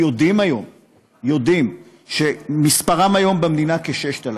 ואנחנו יודעים שמספרם היום במדינה הוא כ-6,000.